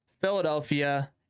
Philadelphia